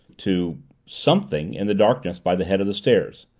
to something in the darkness by the head of the stairs.